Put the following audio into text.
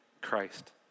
Christ